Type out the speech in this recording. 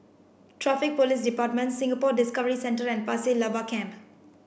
Traffic Police Department Singapore Discovery Centre and Pasir Laba Camp